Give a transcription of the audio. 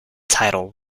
title